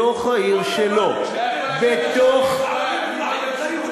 בתוך העיר שלו, ליהודים לאומיים.